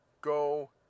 Go